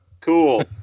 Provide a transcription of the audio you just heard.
Cool